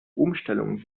umstellung